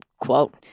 quote